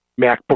MacBook